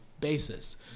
basis